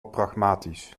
pragmatisch